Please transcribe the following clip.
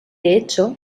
hecho